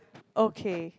okay